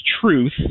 truth